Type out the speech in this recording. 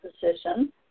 position